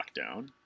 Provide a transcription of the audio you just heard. Lockdown